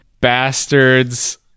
bastards